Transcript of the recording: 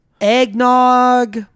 Eggnog